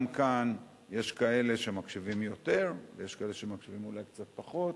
גם כאן יש כאלה שמקשיבים יותר ויש כאלה שמקשיבים אולי קצת פחות,